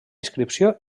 inscripció